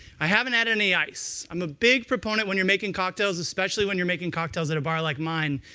i haven't added any ice. i'm a big proponent when you're making cocktails, especially, when you're making cocktails at a bar like mine,